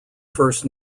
first